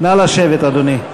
נא לשבת, אדוני.